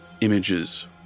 images